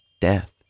death